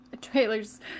trailers